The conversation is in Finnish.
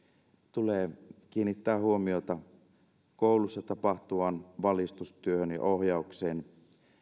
tulee kiinnittää huomiota koulussa tapahtuvaan valistustyöhön ja ohjaukseen